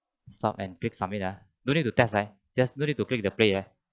stop and click submit ah don't need to test right just no need to click the play right